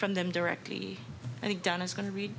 from them directly i think donna's going to read